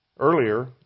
Earlier